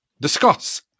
Discuss